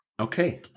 Okay